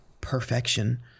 perfection